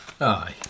aye